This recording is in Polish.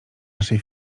naszej